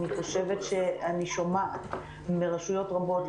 אני שומעת מרשויות רבות,